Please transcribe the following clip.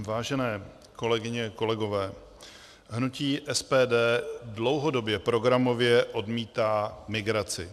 Vážené kolegyně, kolegové, hnutí SPD dlouhodobě programově odmítá migraci.